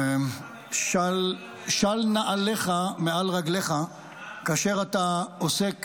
של נעליך מעל רגליך כאשר אתה עוסק